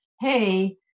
hey